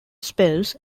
spells